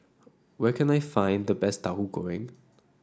where can I find the best Tauhu Goreng